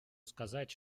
сказать